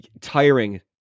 tiring